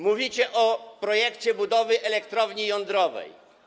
Mówicie o projekcie budowy elektrowni jądrowej.